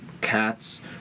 Cats